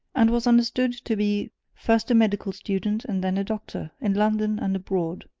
and was understood to be first a medical student and then a doctor, in london and abroad.